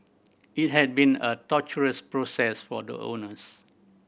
it had been a torturous process for the owners